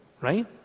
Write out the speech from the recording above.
right